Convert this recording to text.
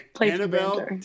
Annabelle